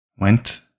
went